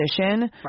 position